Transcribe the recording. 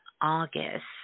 August